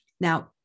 Now